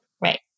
Right